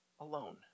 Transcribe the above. alone